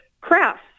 crafts